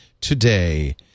today